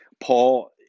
Paul